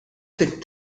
fit